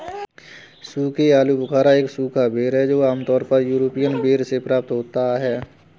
सूखे आलूबुखारा एक सूखा बेर है जो आमतौर पर यूरोपीय बेर से प्राप्त होता है